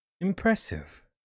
Impressive